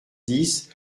dix